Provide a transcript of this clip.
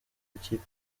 ikipe